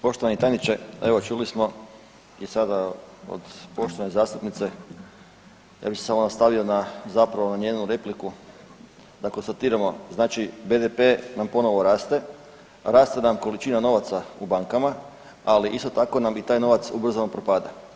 Poštovani tajniče, evo čuli smo i sada od poštovane zastupnice ja bi se samo nastavio na, zapravo na njenu repliku da konstatiramo, znači BDP nam ponovo raste, raste nam količina novaca u bankama, ali isto tako nam i taj novac ubrzano propada.